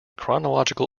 chronological